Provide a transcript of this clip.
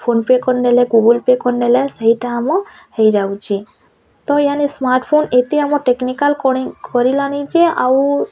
phone pay କରିନେଲେ Google pay କରିନେଲେ ସେଇଟା ଆମ ହେଇଯାଉଛି ତ ୟାନି ସ୍ମାର୍ଟଫୋନ୍ ଏତେ ଆମର ଟେକ୍ନିକାଲ୍ କରିଲାଣି ଯେ ଆଉ